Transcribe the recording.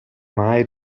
mai